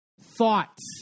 thoughts